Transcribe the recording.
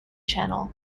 channel